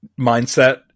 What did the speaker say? mindset